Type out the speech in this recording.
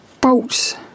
bolts